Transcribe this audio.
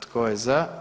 Tko je za?